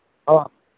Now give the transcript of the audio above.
اَوا